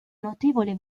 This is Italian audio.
notevole